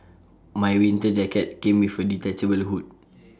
my winter jacket came with A detachable hood